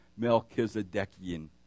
melchizedekian